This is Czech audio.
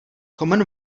common